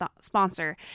sponsor